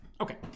Okay